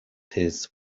his